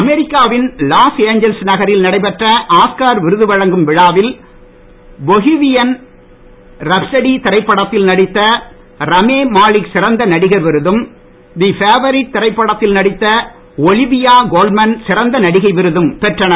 America வின் Los Angeles நகரில் நடைபெற்ற ஆஸ்கார் விருது வழங்கும் விழாவில் பொஹிவியன் ரஃப்சடி திரைப்படத்தில் நடித்த ராமெ மாலிக் சிறந்த நடிகர் விருதும் தி ஃபேவரிட் திரைப்படத்தில் நடித்த ஒலிவியா கோல்மன் சிறந்த நடிகை விருதும் பெற்றனர்